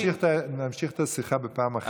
נמשיך את השיחה בפעם אחרת.